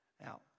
Now